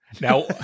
Now